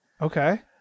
Okay